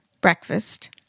breakfast